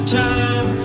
time